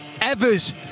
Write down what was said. Evers